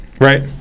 right